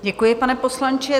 Děkuji, pane poslanče.